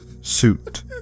Suit